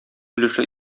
өлеше